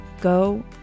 Go